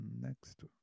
next